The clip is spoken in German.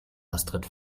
astrid